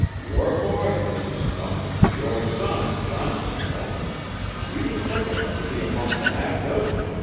your boy, mrs. snow, your son, john snow he was quick enough to be among the half-dozen.